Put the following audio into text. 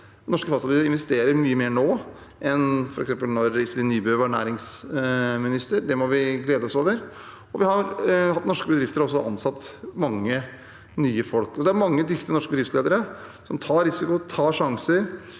investerer mye mer nå enn f.eks. da Iselin Nybø var næringsminister. Det må vi glede oss over. Norske bedrifter har også ansatt mange nye folk. Det er mange dyktige norske bedriftsledere som tar risiko, tar sjanser.